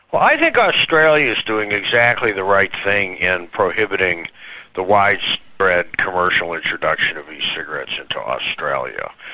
i think australia is doing exactly the right thing in prohibiting the widespread commercial introduction of e-cigarettes into australia.